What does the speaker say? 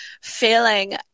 feeling